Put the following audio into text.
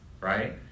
right